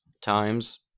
times